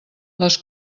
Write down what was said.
les